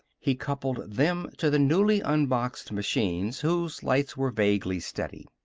he coupled them to the newly unboxed machines, whose lights were vaguely steady.